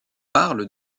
parle